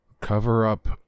cover-up